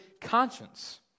conscience